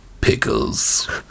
pickles